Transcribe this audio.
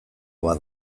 bat